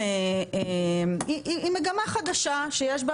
היא מגמה חדשה שיש בה